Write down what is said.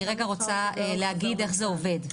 אני רגע רוצה להגיד איך זה עובד.